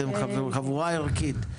אתם חבורה ערכית.